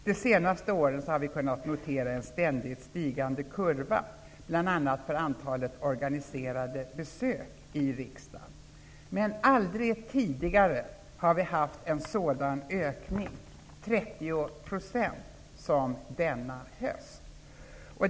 De senaste åren har vi kunnat notera en ständigt stigande kurva bl.a. för antalet organiserade besök i riksdagen, men aldrig tidigare har vi haft en sådan ökning, 30 %, som denna höst.